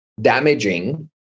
damaging